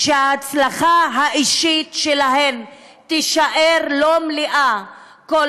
שההצלחה האישית שלהן תישאר לא מלאה כל